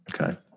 Okay